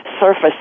surface